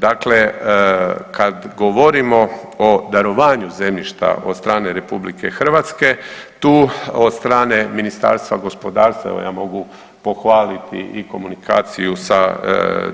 Dakle, kad govorimo o darovanju zemljišta od strane RH tu od strane Ministarstva gospodarstva, evo ja mogu pohvaliti i komunikaciju sa